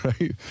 right